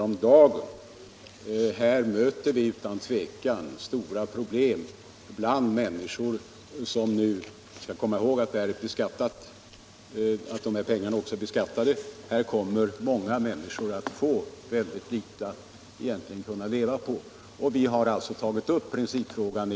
om dagen. Höjningen skapar utan tvekan problem för många människor. Vi skall komma ihåg att dessa pengar också är beskattade. För många kan det bli litet kvar att leva av. I en av våra reservationer har vi tagit upp denna fråga.